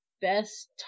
best